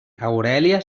aurèlia